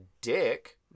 dick